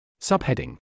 Subheading